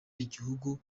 igihugu